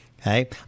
Okay